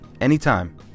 anytime